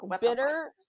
bitter